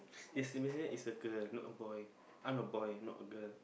is a girl not a boy I'm a boy not a girl